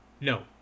No